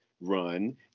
run